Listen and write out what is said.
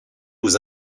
aux